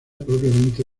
propiamente